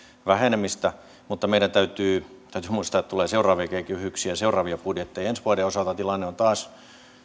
vähenemistä mutta meidän täytyy muistaa että tulee seuraavia kehyksiä ja seuraavia budjetteja ensi vuoden osalta tilanne on taas